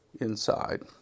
inside